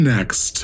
Next